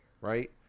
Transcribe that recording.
right